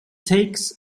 takes